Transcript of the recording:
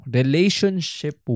relationship